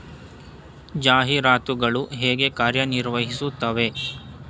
ಜಾಹೀರಾತುಗಳು ಹೇಗೆ ಕಾರ್ಯ ನಿರ್ವಹಿಸುತ್ತವೆ?